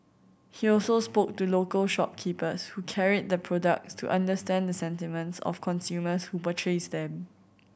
he also spoke to local shopkeepers who carried the products to understand the sentiments of consumers who purchased them